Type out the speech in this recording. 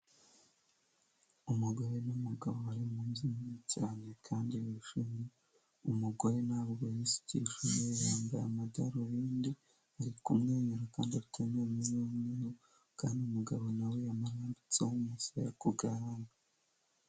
Umugore n'umugabo bari munzu nini cyane kandi bishimiye, umugore ntabwo yisukishije, yambaye amadarubindi, ari kumwenyura kandi afite amenyo y'umweru, kandi umugabo na we yamurambitseho umusaya ku gahanga.